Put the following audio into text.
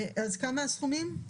וטוב אפילו ממה שקיווינו קודם,